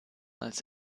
als